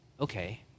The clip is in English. Okay